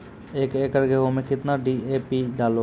एक एकरऽ गेहूँ मैं कितना डी.ए.पी डालो?